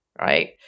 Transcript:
right